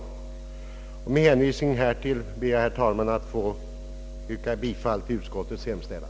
Med hänvisning till det anförda ber jag, herr talman, att få yrka bifall till utskottets hemställan.